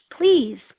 Please